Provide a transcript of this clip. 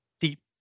deep